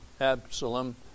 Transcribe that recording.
Absalom